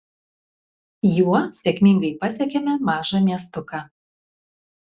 juo sėkmingai pasiekėme mažą miestuką